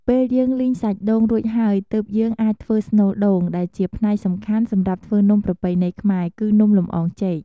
ពេលយើង លីងសាច់ដូង រួចហើយ ទើបយើងអាចធ្វើ ស្នូលដូង ដែលជាផ្នែកសំខាន់សម្រាប់ធ្វើនំប្រពៃណីខ្មែរ គឺនំលម្អងចេក។